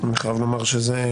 אני חייב לומר שזה,